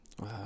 Wow